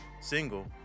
Single